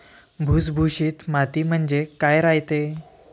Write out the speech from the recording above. भुसभुशीत माती म्हणजे काय रायते?